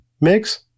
mix